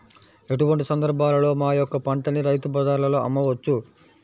ఎటువంటి సందర్బాలలో మా యొక్క పంటని రైతు బజార్లలో అమ్మవచ్చు?